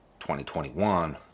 2021